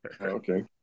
Okay